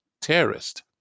terrorist